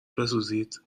بسوزید